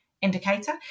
indicator